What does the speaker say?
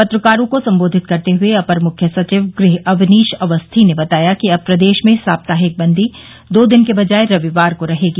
पत्रकारों को संबोधित करते हुए अपर मुख्य सचिव गृह अवनीश अवस्थी ने बताया कि अब प्रदेश में साप्ताहिक बंदी दो दिन की बजाय रविवार को रहेगी